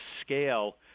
scale